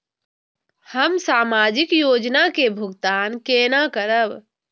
हम सामाजिक योजना के भुगतान केना करब?